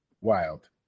wild